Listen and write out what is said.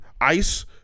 Ice